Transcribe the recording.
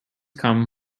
come